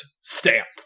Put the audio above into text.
Stamp